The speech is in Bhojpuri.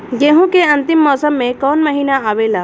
गेहूँ के अंतिम मौसम में कऊन महिना आवेला?